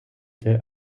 their